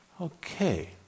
Okay